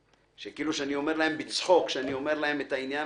שכאילו אני אומר להם בצחוק כשאני אומר את העניין